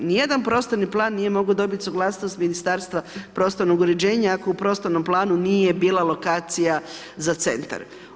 Ni jedan prostorni plan nije moglo suglasnost Ministarstva prostornog uređenja, ako u prostornom planu nije bila lokacija za centar.